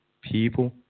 people